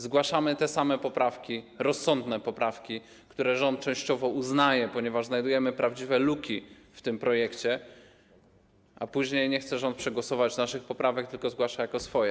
Zgłaszamy te same poprawki, rozsądne poprawki, które rząd częściowo uznaje, ponieważ znajdujemy prawdziwe luki w tym projekcie, ale później nie chce przegłosować naszych poprawek, tylko zgłasza je jako swoje.